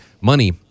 Money